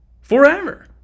Forever